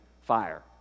fire